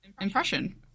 impression